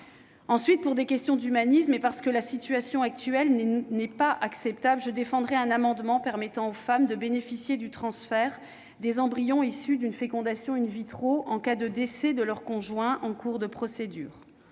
Ensuite, dans une perspective humaniste et parce que la situation actuelle n'est pas acceptable, je défendrai un amendement permettant aux femmes de bénéficier du transfert des embryons issus d'une fécondation en cas de décès de leur conjoint en cours de procédure.